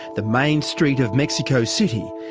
the main street of mexico city.